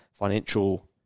financial